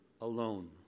alone